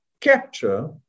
capture